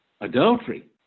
adultery